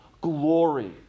glory